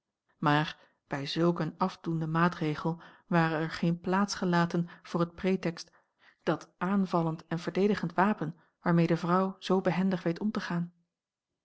maar bij zulk een afdoenden maatregel ware er geene plaats gelaten voor het pretext dat aanvallend en verdedigend wapen waarmee de vrouw zoo behendig weet om te gaan